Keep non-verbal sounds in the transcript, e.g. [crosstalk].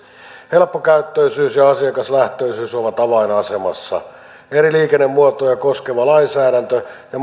helppokäyttöisyys ja asiakaslähtöisyys ovat avainasemassa eri liikennemuotoja koskeva lainsäädäntö ja [unintelligible]